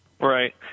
right